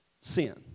sin